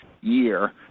year